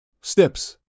Steps